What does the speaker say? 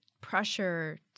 pressure